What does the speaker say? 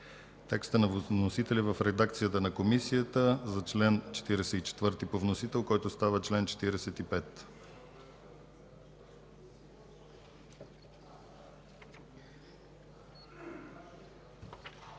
текста на вносителя в редакцията на Комисията за чл. 44 по вносител, който става чл. 45.